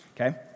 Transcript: Okay